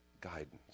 guidance